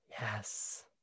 Yes